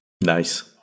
Nice